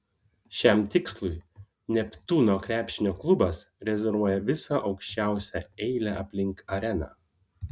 šiam tikslui neptūno krepšinio klubas rezervuoja visą aukščiausią eilę aplink areną